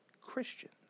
Christians